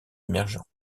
émergents